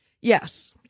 Yes